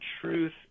truth